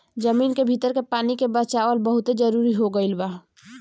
जमीन के भीतर के पानी के बचावल बहुते जरुरी हो गईल बा